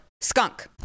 skunk